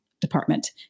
department